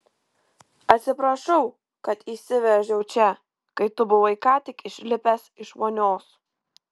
atsiprašau kad įsiveržiau čia kai tu buvai ką tik išlipęs iš vonios